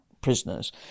prisoners